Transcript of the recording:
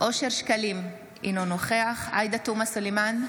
אושר שקלים, אינו נוכח עאידה תומא סלימאן,